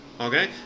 okay